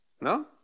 No